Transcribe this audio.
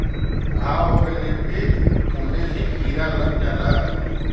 घाव हो गइले पे ओमे भी कीरा लग जाला